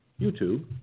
YouTube